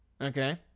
Okay